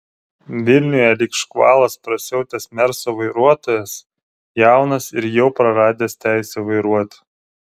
vilniuje lyg škvalas prasiautęs merso vairuotojas jaunas ir jau praradęs teisę vairuoti